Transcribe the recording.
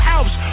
Alps